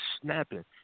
snapping